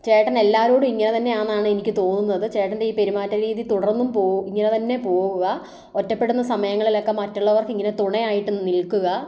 ചേട്ടൻ എല്ലാവരോടും ഇങ്ങനെ തന്നെയാന്ന് ആണ് എനിക്ക് തോന്നുന്നത് ചേട്ടൻ്റെ ഈ പെരുമാറ്റരീതി തുടർന്നും പോകുക ഇങ്ങനെ തന്നെ പോകുക ഒറ്റപ്പെടുന്ന സമയങ്ങളിലൊക്കെ മറ്റുള്ളവർക്ക് ഇങ്ങനെ തുണയായിട്ട് നിൽക്കുക